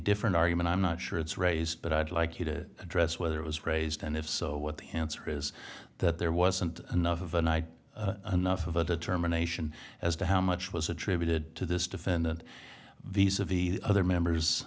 different argument i'm not sure it's raised but i'd like you to address whether it was raised and if so what the answer is that there wasn't enough of an eye anough of a determination as to how much was attributed to this defendant these of the other members